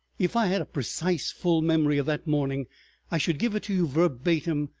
if i had a precise full memory of that morning i should give it you, verbatim,